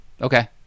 okay